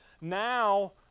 Now